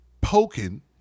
poking